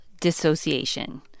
dissociation